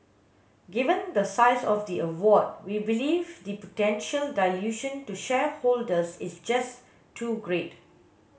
given the size of the award we believe the potential dilution to shareholders is just too great